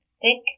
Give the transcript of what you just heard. thick